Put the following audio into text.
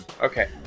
Okay